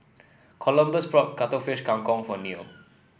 Columbus brought Cuttlefish Kang Kong for Neil